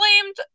blamed